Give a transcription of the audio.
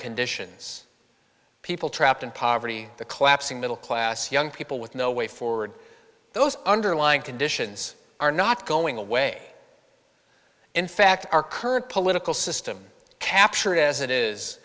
conditions people trapped in poverty the collapsing middle class young people with no way forward those underlying conditions are not going away in fact our current political system capture it as it is